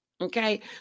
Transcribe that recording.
okay